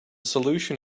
solution